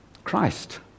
christ